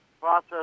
process